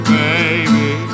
baby